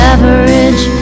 Average